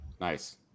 Nice